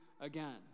again